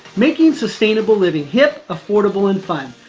making sustainable living hip, affordable, and fun.